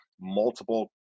multiple